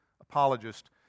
apologist